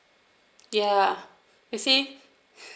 yeah you see